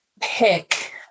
pick